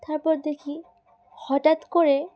তারপর দেখি হঠাৎ করে